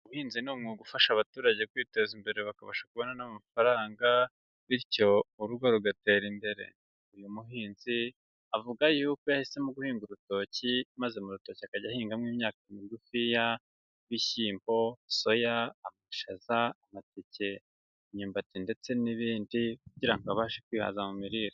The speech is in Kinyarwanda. Ubuhinzi ni umwuga ufasha abaturage kwiteza imbere bakabasha kubona n'amafaranga, bityo urugo rugatera imbere. Uyu muhinzi avuga yuko yahisemo guhinga urutoki maze mu rutoki akajya ahingamo imyaka migufi y'ibishyimbo, soya, amashaza, amateke, imyumbati ndetse n'ibindi kugira ngo abashe kwihaza mu mirire.